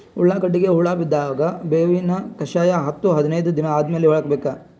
ಉಳ್ಳಾಗಡ್ಡಿಗೆ ಹುಳ ಬಿದ್ದಾಗ ಬೇವಿನ ಕಷಾಯ ಹತ್ತು ಹದಿನೈದ ದಿನ ಆದಮೇಲೆ ಹಾಕಬೇಕ?